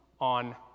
on